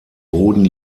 boden